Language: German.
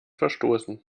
verstoßen